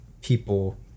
people